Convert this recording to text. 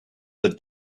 the